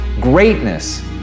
greatness